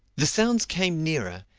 the sounds came nearer,